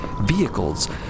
Vehicles